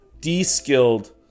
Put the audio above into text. de-skilled